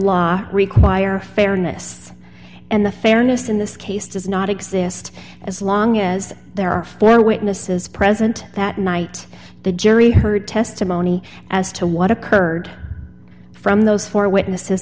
law require fairness and the fairness in this case does not exist as long as there are four witnesses present that night the jury heard testimony as to what occurred from those four witnesses